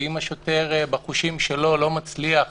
ואם השוטר בחושים שלו לא מצליח